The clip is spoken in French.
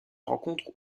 rencontre